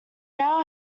now